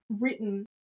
written